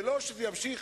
ולא שזה יימשך.